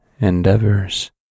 endeavors